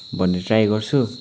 भन्ने ट्राई गर्छु